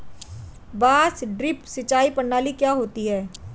बांस ड्रिप सिंचाई प्रणाली क्या होती है?